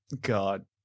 God